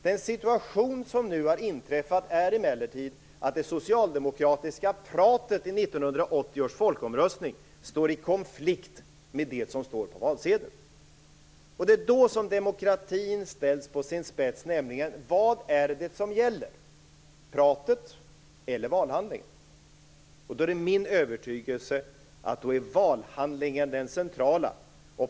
Den situation som nu har inträffat är emellertid att det socialdemokratiska pratet i 1980 års folkomröstning står i konflikt med det som står på valsedeln. Då ställs demokratin på sin spets. Vad är det som gäller - pratet eller valhandlingen? Min övertygelse är att valhandlingen är det centrala.